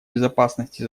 безопасности